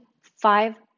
five